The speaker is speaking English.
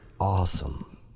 awesome